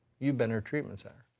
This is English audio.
you've been her treatment center.